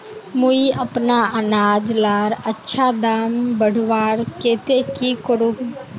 मुई अपना अनाज लार अच्छा दाम बढ़वार केते की करूम?